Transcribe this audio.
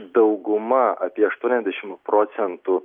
dauguma apie aštuoniasdešim procentų